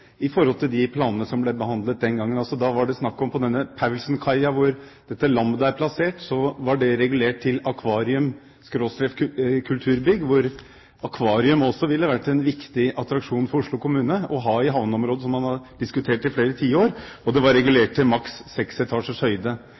i forhold til de planene som ble behandlet den gangen. Da var det snakk om denne Paulsenkaia, hvor dette Lambda er plassert, som ble regulert til akvarium/kulturbygg. Et akvarium ville også vært en viktig attraksjon for Oslo kommune å ha i havneområdet, noe man har diskutert i flere tiår. Det var regulert til maks seks